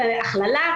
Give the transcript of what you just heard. זו הכללה,